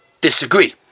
disagree